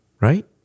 right